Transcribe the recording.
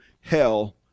hell